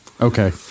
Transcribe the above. Okay